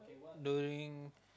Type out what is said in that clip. during